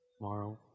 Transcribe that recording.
Tomorrow